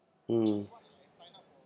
mm